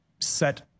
set